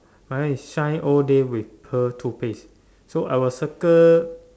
mine is shine all day with pearl toothpaste so I will circle